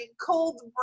cold